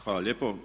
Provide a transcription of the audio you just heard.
Hvala lijepo.